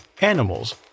animals —